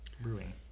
brewing